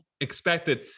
expected